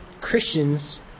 Christians